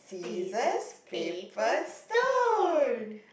scissors paper stone